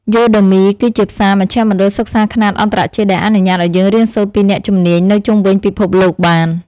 យូដឺមី គឺជាផ្សារមជ្ឈមណ្ឌលសិក្សាខ្នាតអន្តរជាតិដែលអនុញ្ញាតឱ្យយើងរៀនសូត្រពីអ្នកជំនាញនៅជុំវិញពិភពលោកបាន។